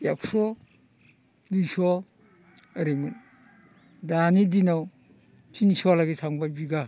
एक्स' दुइस' ओरैमोन दानि दिनाव थिनस' हालागै थांबाय बिगा